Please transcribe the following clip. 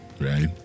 right